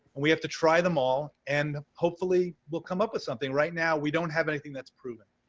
we have to try them all. and hopefully we'll come up with something. right now we don't have anything that's proven.